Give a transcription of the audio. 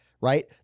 right